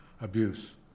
abuse